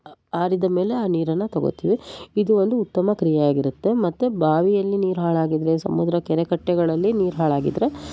ಆ ಆರಿದ ಮೇಲೆ ಆ ನೀರನ್ನು ತಗೊಳ್ತೀವಿ ಇದು ಒಂದು ಉತ್ತಮ ಕ್ರಿಯೆಯಾಗಿರುತ್ತೆ ಮತ್ತು ಬಾವಿಯಲ್ಲಿ ನೀರು ಹಾಳಾಗಿದ್ದರೆ ಸಮುದ್ರ ಕೆರೆ ಕಟ್ಟೆಗಳಲ್ಲಿ ನೀರು ಹಾಳಾಗಿದ್ದರೆ